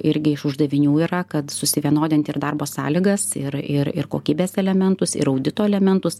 irgi iš uždavinių yra kad susivienodinti ir darbo sąlygas ir ir ir kokybės elementus ir audito elementus